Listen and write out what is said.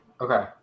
okay